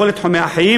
בכל תחומי החיים,